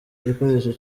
gikoresho